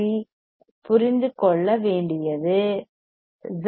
C RC புரிந்து கொள்ள வேண்டியது ஆர்